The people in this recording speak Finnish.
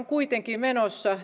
kuitenkin menossa